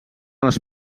les